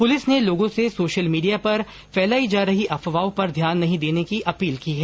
police ने लोगों से सोशल मीडिया पर फैलायी जा रही अफवाहों पर ध्यान नहीं देने की अपील की है